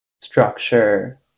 structure